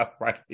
Right